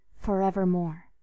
forevermore